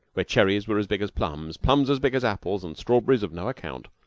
where cherries were as big as plums, plums as big as apples, and strawberries of no account,